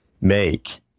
make